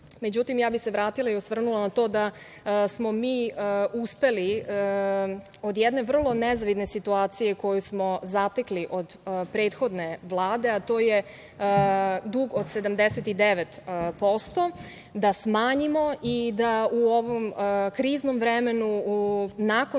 vratila bih se i osvrnula na to da smo mi uspeli od jedne vrlo nezavidne situacije koju smo zatekli od prethodne vlade, a to je da dug od 79% smanjimo i da u ovom kriznom vremenu, nakon